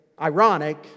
Ironic